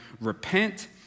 Repent